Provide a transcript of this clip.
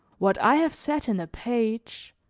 what i have said in a page,